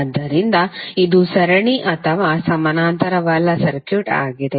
ಆದ್ದರಿಂದ ಇದು ಸರಣಿ ಅಥವಾ ಸಮಾನಾಂತರವಲ್ಲ ಸರ್ಕ್ಯೂಟ್ ಆಗಿದೆ